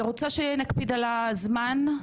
מבקשת להקפיד על הזמן.